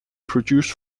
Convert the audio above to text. produced